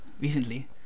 recently